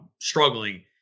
struggling